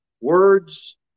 words